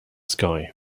sky